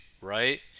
right